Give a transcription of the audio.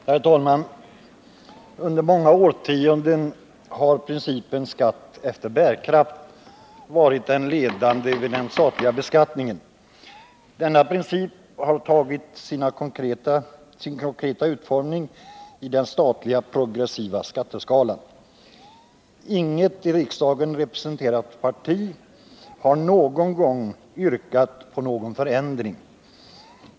Herr talman! Under många årtionden har principen skatt efter bärkraft varit ledande vid den statliga beskattningen. Denna princip har tagit sin konkreta utformning i den statliga progressiva skatteskalan. Inget i riksdagen representerat parti har något gång yrkat på någon förändring.